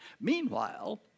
Meanwhile